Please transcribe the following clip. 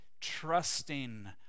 trusting